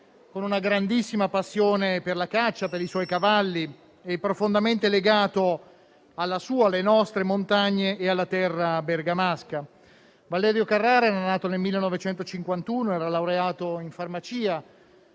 con una grandissima passione per la caccia, per i suoi cavalli, e profondamente legato alla sua, alle nostre montagne e alla terra bergamasca. Valerio Carrara era nato nel 1951, laureato in farmacia